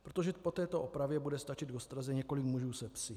Protože po této opravě bude stačit k ostraze několik mužů se psy.